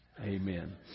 Amen